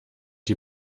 die